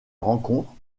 rencontre